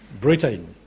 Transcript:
Britain